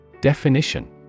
Definition